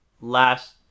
last